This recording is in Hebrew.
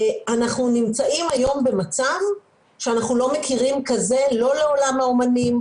אנחנו נמצאים היום במצב שאנחנו לא מכירים כזה לא לעולם האומנים,